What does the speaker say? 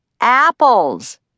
Apples